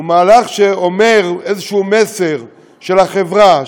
הוא מהלך שאומר איזה מסר של החברה,